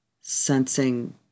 sensing